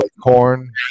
corn